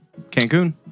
Cancun